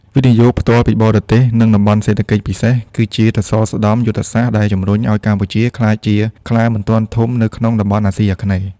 វិនិយោគផ្ទាល់ពីបរទេស និងតំបន់សេដ្ឋកិច្ចពិសេស គឺជាសសរស្តម្ភយុទ្ធសាស្ត្រដែលជំរុញឱ្យកម្ពុជាក្លាយជា "ខ្លាមិនទាន់ធំ" នៅក្នុងតំបន់អាស៊ីអាគ្នេយ៍។